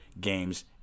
games